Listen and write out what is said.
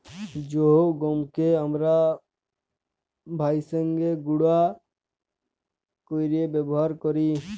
জ্যে গহমকে আমরা ভাইঙ্গে গুঁড়া কইরে ব্যাবহার কৈরি